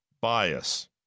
bias